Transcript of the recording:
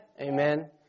Amen